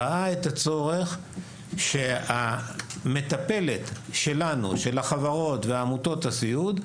את הצורך שהמטפלת שמגיעה מטעם העמותות וחברות הסיעוד,